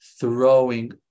throwing